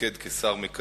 לתפקד כשר המקשר.